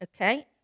Okay